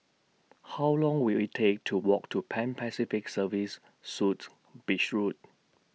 How Long Will IT Take to Walk to Pan Pacific Serviced Suites Beach Road